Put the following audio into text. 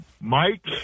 Mike